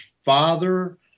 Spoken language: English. father